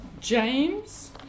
James